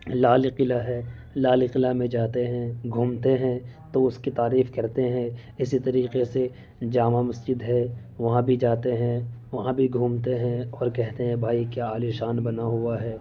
لال قلعہ ہے لال قلعہ میں جاتے ہیں گھومتے ہیں تو اس کی تعریف کرتے ہیں اسی طریقہ سے جامع مسجد ہے وہاں بھی جاتے ہیں وہاں بھی گھومتے ہیں اور کہتے ہیں بھائی کیا عالیشان بنا ہوا ہے